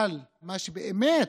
אבל מה שבאמת